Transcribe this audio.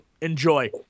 Enjoy